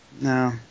No